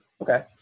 Okay